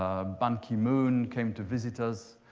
ah ban ki-moon came to visit us.